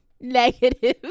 negative